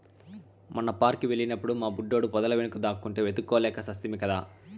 మొన్న పార్క్ కి వెళ్ళినప్పుడు మా బుడ్డోడు పొదల వెనుక దాక్కుంటే వెతుక్కోలేక చస్తిమి కదా